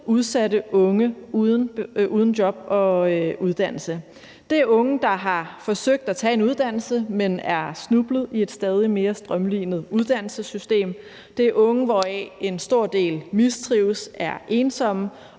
udsatte unge uden job og uddannelse. Det er unge, der har forsøgt at tage en uddannelse, men er snublet i et stadig mere strømlinet uddannelsessystem. Det er unge, hvoraf en stor del mistrives og er ensomme,